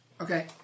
Okay